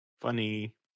funny